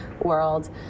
world